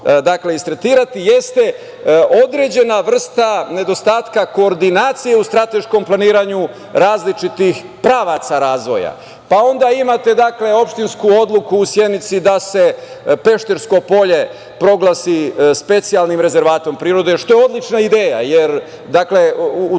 ono istretirati jeste određena vrsta nedostatka koordinacije u strateškom planiranju različitih pravaca razvoja. Onda imate opštinsku odluku u Sjenici da se Peštersko polje proglasi specijalnim rezervatom prirode, što je odlična ideja, jer u